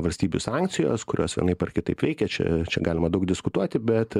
valstybių sankcijos kurios vienaip ar kitaip veikia čia čia galima daug diskutuoti bet